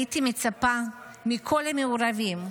הייתי מצפה מכל המעורבים,